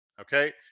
okay